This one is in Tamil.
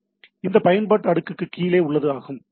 எனவே இது பயன்பாட்டு அடுக்குக்கு கீழே உள்ளது ஆகும்